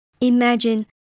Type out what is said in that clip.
Imagine